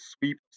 sweep